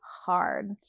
hard